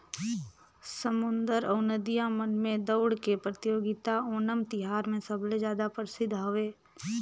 समुद्दर अउ नदिया मन में दउड़ के परतियोगिता ओनम तिहार मे सबले जादा परसिद्ध हवे